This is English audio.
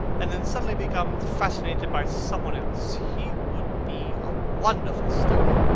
and then suddenly become fascinated by some one else. he would be a wonderful study.